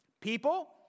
People